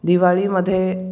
दिवाळीमध्ये